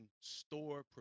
store